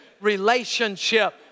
relationship